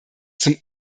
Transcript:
zum